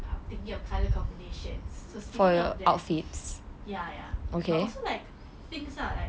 I'm thinking of colour combinations so speaking of that ya ya but also like things lah like